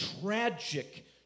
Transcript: tragic